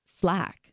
slack